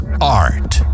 art